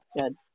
good